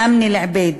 אמנה אל-עביד,